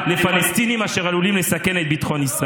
על פני האחריות כלפי ביטחון אזרחי